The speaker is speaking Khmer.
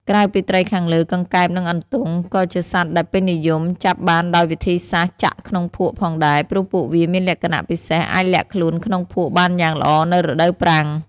ក្រៅពីត្រីខាងលើ កង្កែប និងអន្ទង់ ក៏ជាសត្វដែលពេញនិយមចាប់បានដោយវិធីសាស្ត្រចាក់ក្នុងភក់ផងដែរ ព្រោះពួកវាមានលក្ខណៈពិសេសអាចលាក់ខ្លួនក្នុងភក់បានយ៉ាងល្អនៅរដូវប្រាំង។